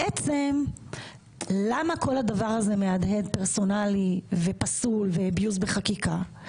בעצם למה כל הדבר הזה מהדהד פרסונלי ופסול ו-אביוז בחקיקה?